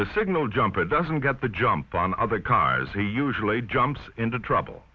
the signal jumper doesn't get the jump on other cars a usually jumps into trouble